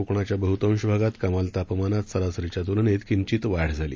कोकणाच्या बहुतांश भागात कमाल तापमानात सरासरीच्या तुलनेत किंचित वाढ झाली